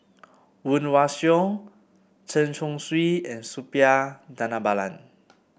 Woon Wah Siang Chen Chong Swee and Suppiah Dhanabalan